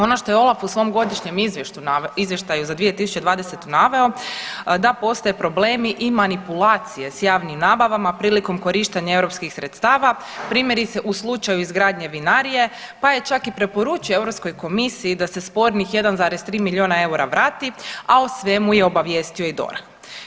Ono što je OLAF u svom godišnjem izvještaju za 2020. naveo da postoje problemi i manipulacije s javnim nabavama prilikom korištenja europskih sredstava, primjerice u slučaju izgradnje vinarije, pa je čak i preporučio Europskoj komisiji da se spornih 1,3 milijuna eura vrati, a o svemu je obavijestio i DORH.